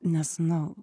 nes nu